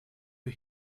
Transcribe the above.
you